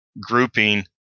grouping